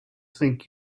think